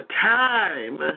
time